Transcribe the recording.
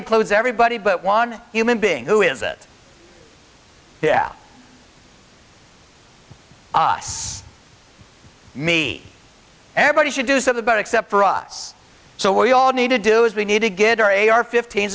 includes everybody but one human being who is it yeah us me everybody should do something about except for us so we all need to do is we need to get our a r fifteen